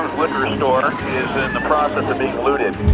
store is in the process of being looted.